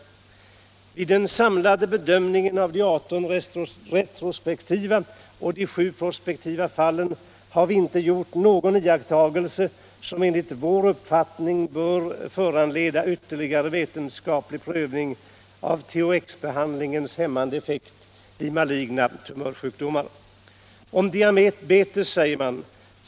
Vid den samlade bedömningen av de 18 retrospektiva och de 7 prospektiva fallen har vi inte gjort någon iakttagelse, som enligt vår uppfattning bör föranleda ytterligare vetenskaplig prövning av THX-behandlingens hämmande effekt vid maligna tumörsjukdomar.